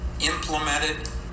implemented